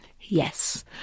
Yes